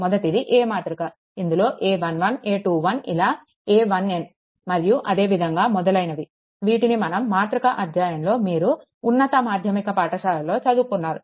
మొదటిది A మాతృక ఇందులో a11 a12 ఇలా a1n మరియు అదే విధంగా మొదలైనవి వీటిని మనం మాతృక అధ్యాయంలో మీరు ఉన్నత మాధ్యమిక పాఠశాలలో చదువుకున్నారు